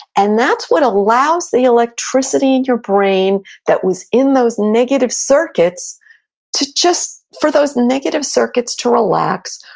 and that's what allows the electricity in your brain that was in those negative circuits to just, for those negative circuits to relax,